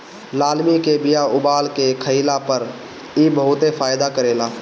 लालमि के बिया उबाल के खइला पर इ बहुते फायदा करेला